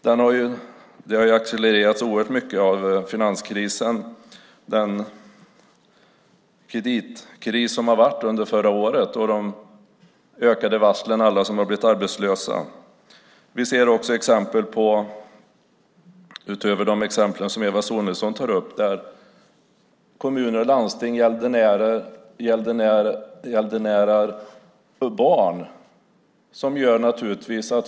Det har accelererat oerhört mycket genom finanskrisen, kreditkrisen, det ökade antalet varsel och alla som har blivit arbetslösa. Utöver de exempel som Eva Sonidsson tog upp ser vi också exempel där barn blir gäldenärer i förhållande till kommuner och landsting.